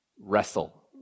wrestle